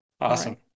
Awesome